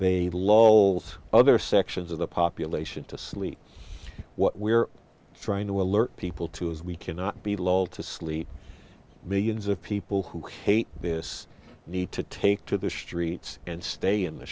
they love other sections of the population to sleep what we are trying to alert people to is we cannot be lulled to sleep millions of people who hate this need to take to the streets and stay in the